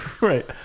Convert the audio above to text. Right